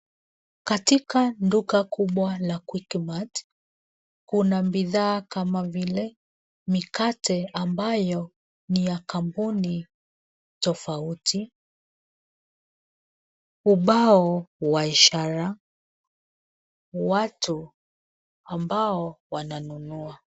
katika duka kubwa la Quickmart, kuna bidhaa kama vile mikate ambayo ni ya kampuni tofauti, ubao wa ishara, watu ambao wananunua.